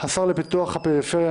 השר לפיתוח הפריפריה,